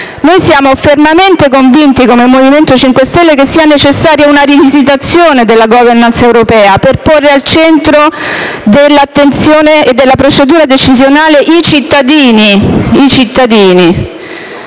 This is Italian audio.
Noi siamo fermamente convinti, come Movimento 5 Stelle, che sia necessaria una rivisitazione della *governance* europea per porre al centro dell'attenzione e della procedura decisionale i cittadini.